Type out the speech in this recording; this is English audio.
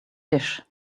dish